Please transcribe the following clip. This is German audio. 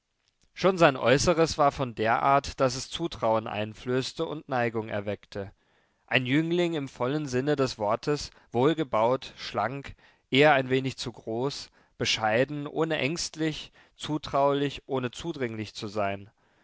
schon sein äußeres war von der art daß es zutrauen einflößte und neigung erweckte ein jüngling im vollen sinne des wortes wohlgebaut schlank eher ein wenig zu groß bescheiden ohne ängstlich zutraulich ohne zudringend zu sein